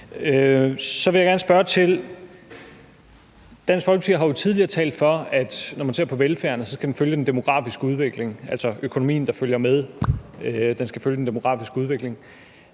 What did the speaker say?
Dansk Folkeparti har jo tidligere talt for, at når man ser på velfærden, skal den følge den demografiske udvikling, altså økonomien, der følger med, skal følge den demografiske udvikling.